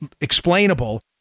explainable